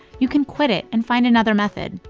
you can quit it and find another method.